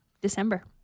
December